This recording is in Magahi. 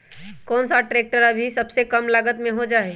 कौन सा ट्रैक्टर अभी सबसे कम लागत में हो जाइ?